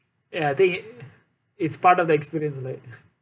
ya I think it's part of the experience like